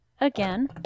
again